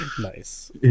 nice